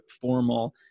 formal